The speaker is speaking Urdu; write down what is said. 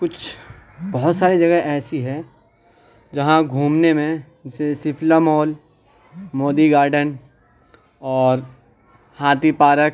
کچھ بہت سارے جگہ ایسی ہے جہاں گھومنے میں جیسے سفلا مال مودی گارڈن اور ہاتھی پارک